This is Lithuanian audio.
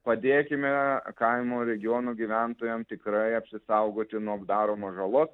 padėkime kaimo regionų gyventojam tikrai apsisaugoti nuo daromos žalos